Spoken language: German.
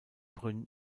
brünn